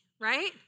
right